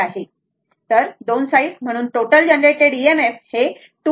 तर दोन साईड म्हणून टोटल जनरेटेड EMF हे 2 Bl v sin θ वोल्ट असेल बरोबर